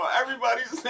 everybody's